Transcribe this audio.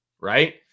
right